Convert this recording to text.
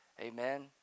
amen